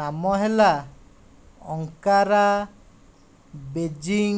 ନାମ ହେଲା Ankara Beijing